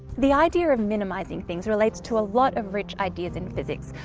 the idea of minimizing things relates to a lot of rich ideas in physics,